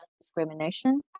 discrimination